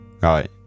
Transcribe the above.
Right